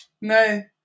no